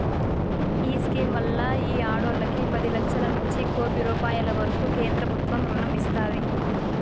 ఈ స్కీమ్ వల్ల ఈ ఆడోల్లకి పది లచ్చలనుంచి కోపి రూపాయిల వరకూ కేంద్రబుత్వం రుణం ఇస్తాది